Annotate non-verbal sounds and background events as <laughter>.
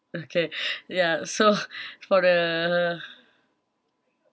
okay <breath> ya so <laughs> for the